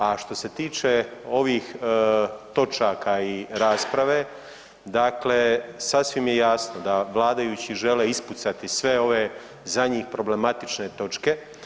A što se tiče ovih točaka i rasprave, dakle sasvim je jasno da vladajući žele ispucati sve ove za njih problematične točke.